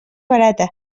barata